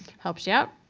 helps you out.